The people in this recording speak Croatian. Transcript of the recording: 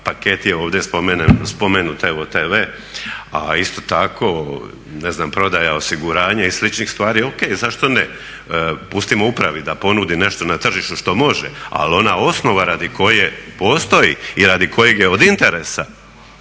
paketi ovdje spomenuti evo TV. A isto tako, ne znam prodaja osiguranja i sličnih stvari o.k., zašto ne. Pustimo upravi da ponudi nešto na tržištu što može, ali ona osnova radi koje postoji i radi kojeg je od interesa